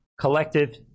collective